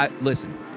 listen